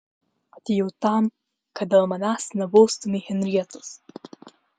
atėjau tam kad dėl manęs nebaustumei henrietos